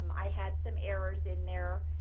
i had some errors in there,